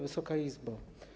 Wysoka Izbo!